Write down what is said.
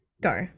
Go